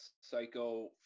psycho